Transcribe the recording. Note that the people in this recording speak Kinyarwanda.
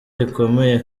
rikomeye